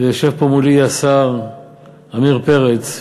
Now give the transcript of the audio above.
יושב פה מולי השר עמיר פרץ,